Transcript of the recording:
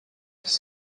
his